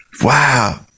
Wow